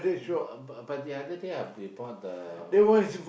but but but the other day I you bought the